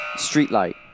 Streetlight